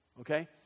okay